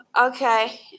okay